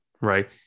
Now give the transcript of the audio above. right